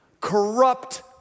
corrupt